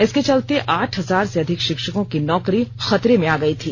इसके चलते आठ हजार से अधिक शिक्षकों की नौकरी खतरे में आ गई थी